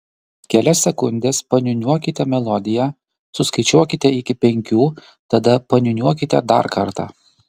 kelias sekundes paniūniuokite melodiją suskaičiuokite iki penkių tada paniūniuokite dar kartą